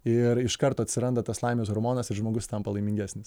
ir iš karto atsiranda tas laimės hormonas ir žmogus tampa laimingesnis